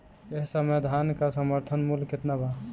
एह समय धान क समर्थन मूल्य केतना बा?